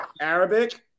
Arabic